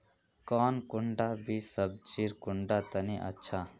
कौन कुंडा बीस सब्जिर कुंडा तने अच्छा?